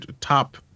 top